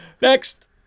next